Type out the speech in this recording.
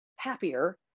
happier